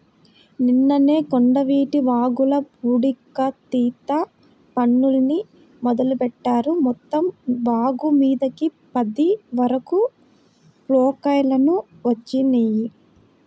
నిన్ననే కొండవీటి వాగుల పూడికతీత పనుల్ని మొదలుబెట్టారు, మొత్తం వాగుమీదకి పది వరకు ప్రొక్లైన్లు వచ్చినియ్యి